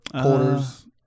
quarters